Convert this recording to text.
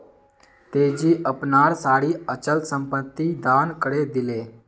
तेजी अपनार सारी अचल संपत्ति दान करे दिले